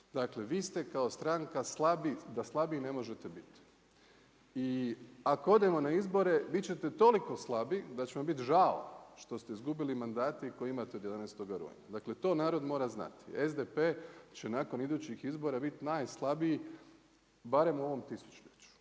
Dakle, vi ste kao stranka slabiji da slabiji ne možete biti. I ako odemo na izbore, bit ćete toliko slabi da će vam biti žao što ste izgubili mandate koje imate od 11. rujna, dakle to narod mora znati. SDP će nakon idući izbora bit najslabiji, barem u ovom tisućljeću